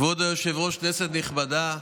כבוד היושב-ראש, כנסת נכבדה,